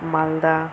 Malda